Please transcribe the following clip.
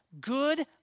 good